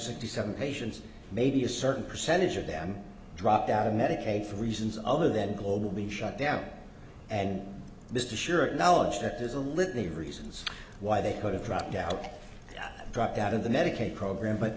sixty seven patients maybe a certain percentage of them dropped out of medicaid for reasons other that global be shut down and mr sure analogy that there's a litany of reasons why they could have dropped out dropped out of the medicaid program but